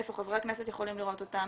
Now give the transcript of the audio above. איפה חברי הכנסת יכולים לראות אותם?